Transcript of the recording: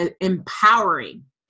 empowering